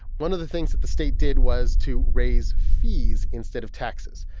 one of the things that the state did was to raise fees instead of taxes.